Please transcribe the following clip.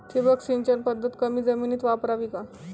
ठिबक सिंचन पद्धत कमी जमिनीत वापरावी का?